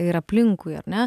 ir aplinkui ar ne